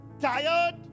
tired